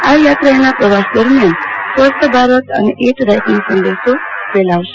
આ યાત્રા એના પ્રવાસ દરમિયાન સ્વસ્થ ભારત અને ઈટ રાઈટનો સંદેશ ફેલાવશે